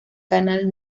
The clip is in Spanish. canal